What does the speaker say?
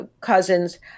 cousins